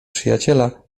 przyjaciela